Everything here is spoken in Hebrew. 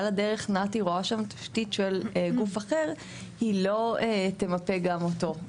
הדרך נת"י רואה שם תשתית של גוף אחר - היא לא תמפה גם אותו.